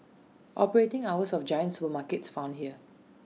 operating hours of giant supermarkets found here